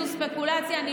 זה ספקולציה.